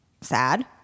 sad